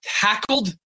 tackled